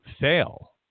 fail